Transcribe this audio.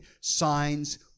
signs